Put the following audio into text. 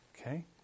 Okay